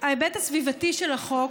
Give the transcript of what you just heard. ההיבט הסביבתי של החוק